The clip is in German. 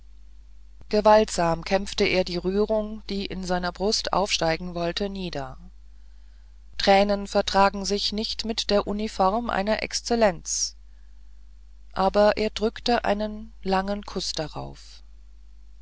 gewaltsam kämpfte er die rührung die in seiner brust aufsteigen wollte nieder tränen vertragen sich nicht mit der uniform einer exzellenz aber er drückte einen langen kuß darauf